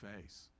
face